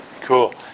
cool